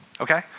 Okay